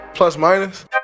Plus-minus